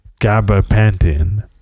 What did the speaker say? gabapentin